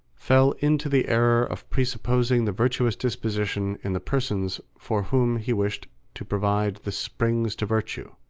fell into the error of presupposing the virtuous disposition in the persons for whom he wished to provide the springs to virtue